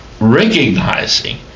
recognizing